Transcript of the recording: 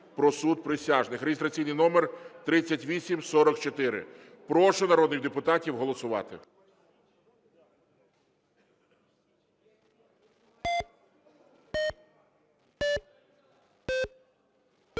(реєстраційний номер 3844). Прошу народних депутатів голосувати.